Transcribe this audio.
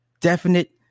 definite